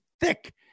thick